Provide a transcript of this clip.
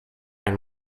and